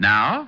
Now